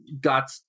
got